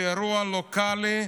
זה אירוע לוקלי,